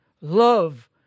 love